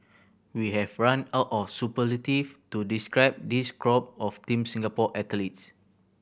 we have run out of superlatives to describe this crop of Team Singapore athletes